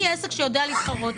אני עסק שיודע להתחרות,